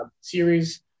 series